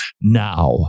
now